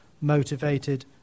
motivated